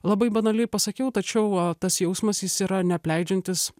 labai banaliai pasakiau tačiau tas jausmas jis yra neapleidžiantis